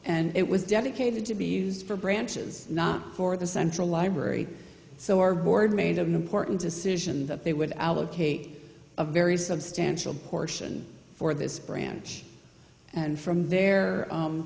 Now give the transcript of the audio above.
and it was dedicated to be used for branches not for the central library so our board made an important decision that they would allocate a very substantial portion for this branch and from there